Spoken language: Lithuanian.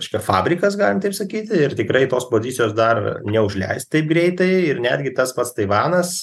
škia fabrikas galim taip sakyti ir tikrai tos pozicijos dar neužleis taip greitai ir netgi tas pats taivanas